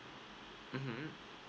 mmhmm